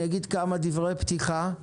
אגיד כמה דברי פתיחה.